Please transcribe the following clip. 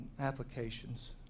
applications